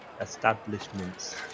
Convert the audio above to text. establishments